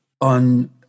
On